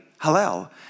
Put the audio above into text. Hallel